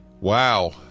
Wow